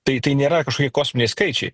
tai tai nėra kažkokie kosminiai skaičiai